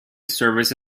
service